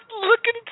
looking